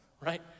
right